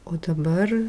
o dabar